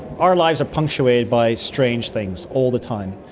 our lives are punctuated by strange things all the time.